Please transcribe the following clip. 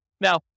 Now